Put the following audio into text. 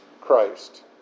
Christ